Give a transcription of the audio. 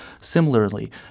Similarly